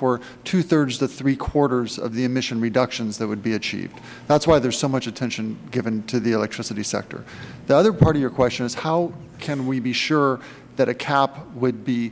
for two thirds to three quarters of the emission reductions that would be achieved that is why there is so much attention given to the electricity sector the other part of your question is how can we be sure that a cap would be